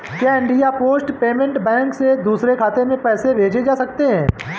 क्या India Post Payment Bank से दूसरे खाते में पैसे भेजे जा सकते हैं?